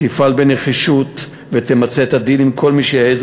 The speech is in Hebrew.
שתפעל בנחישות ותמצה את הדין עם כל מי שהעזו